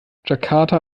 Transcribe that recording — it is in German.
jakarta